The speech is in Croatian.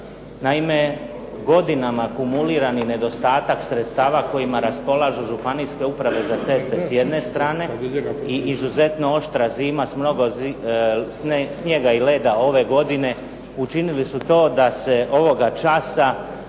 Naime, godinama kumulirani nedostatak sredstava kojima raspolažu županijske uprave za ceste s jedne strane i izuzetno oštra zima s mnogo snijega i leda ove godine učinili su to da se ovoga časa